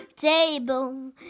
Table